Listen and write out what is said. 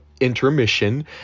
intermission